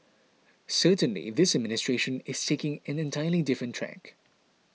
certainly this administration is taking an entirely different tack